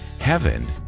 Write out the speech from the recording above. Heaven